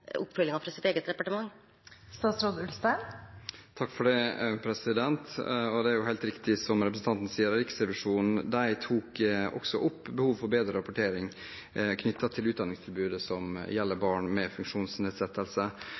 fra sitt eget departement? Det er helt riktig, som representanten Hansen sier, at Riksrevisjonen også tok opp behovet for bedre rapportering knyttet til utdanningstilbudet som gjelder for barn med funksjonsnedsettelse.